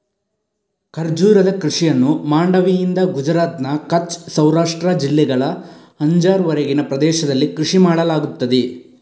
ಖರ್ಜೂರದ ಕೃಷಿಯನ್ನು ಮಾಂಡವಿಯಿಂದ ಗುಜರಾತ್ನ ಕಚ್ ಸೌರಾಷ್ಟ್ರ ಜಿಲ್ಲೆಗಳ ಅಂಜಾರ್ ವರೆಗಿನ ಪ್ರದೇಶದಲ್ಲಿ ಕೃಷಿ ಮಾಡಲಾಗುತ್ತದೆ